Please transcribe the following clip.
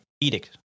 edict